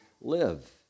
live